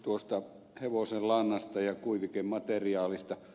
tuosta hevosenlannasta ja kuivikemateriaalista